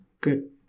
good